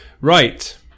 Right